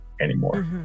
anymore